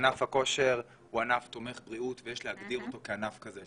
ענף הכושר הוא ענף תומך בריאות ויש להגדיר אותו כענף כזה.